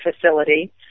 facility